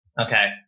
Okay